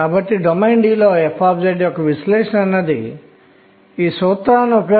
కాబట్టి ప్రతి స్థాయి ఒక ఎలక్ట్రాన్ ను కలిగి ఉంటే 3 ఎలక్ట్రాన్లు ఉండాలి